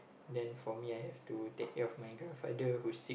then for me I have to take care of my grandfather who's sick